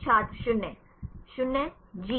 छात्र 0 0 जी